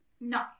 No